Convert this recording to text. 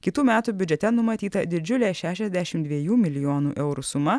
kitų metų biudžete numatyta didžiulė šešiasdešim dviejų milijonų eurų suma